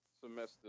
semester